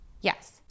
Yes